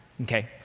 Okay